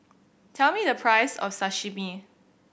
tell me the price of Sashimi